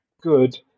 good